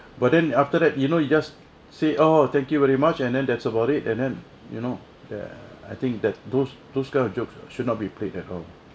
but then after that you know you just say oh thank you very much and then that's about it and then you know ya I think that those those kind of jokes should not be played at all